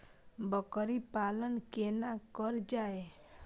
बकरी पालन केना कर जाय?